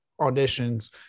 auditions